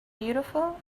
beautiful